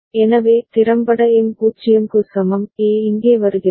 எனவே திறம்பட எம் 0 க்கு சமம் A இங்கே வருகிறது